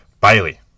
Bailey